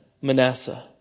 Manasseh